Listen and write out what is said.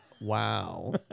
wow